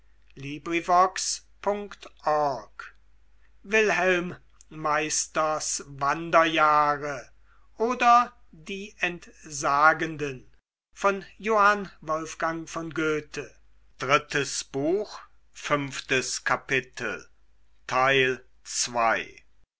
wilhelm meisters wanderjahre oder die entsagenden